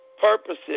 purposes